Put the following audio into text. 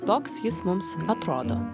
toks jis mums atrodo